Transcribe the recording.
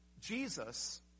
Jesus